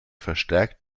verstärkt